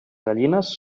gallines